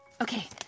Okay